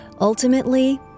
Ultimately